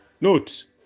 Note